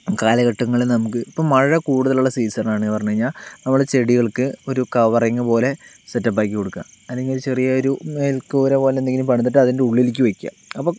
കാലഘട്ടങ്ങൾ നമുക്ക് ഇപ്പോൾ മഴ കൂടുതലുള്ള സീസനാണെന്ന് പറഞ്ഞു കഴിഞ്ഞാൽ നമ്മൾ ചെടികൾക്ക് ഒരു കവറിങ് പോലെ സെറ്റപ്പാക്കി കൊടുക്കുക അല്ലെങ്കിൽ ചെറിയ ഒരു മേൽക്കൂരപോലെ എന്തെങ്കിലും പണിതിട്ട് അതിൻ്റെ ഉള്ളിലേക്ക് വെക്കുക അപ്പോൾ